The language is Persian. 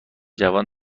جوان